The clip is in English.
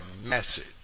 message